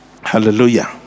Hallelujah